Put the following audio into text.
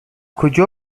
کجا